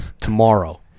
tomorrow